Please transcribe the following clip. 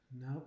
no